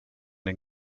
den